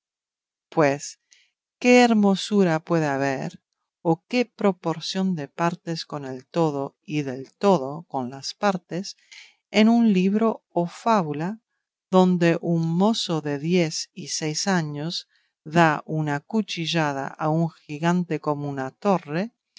pues qué hermosura puede haber o qué proporción de partes con el todo y del todo con las partes en un libro o fábula donde un mozo de diez y seis años da una cuchillada a un gigante como una torre